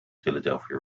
philadelphia